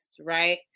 right